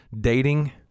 dating